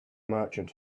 merchant